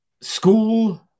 School